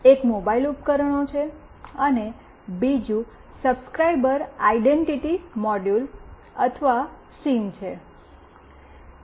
એક મોબાઇલ ઉપકરણો છે અને બીજું સબસ્ક્રાઇબર આઈડેન્ટિટી મોડ્યુલ અથવા સિમ છે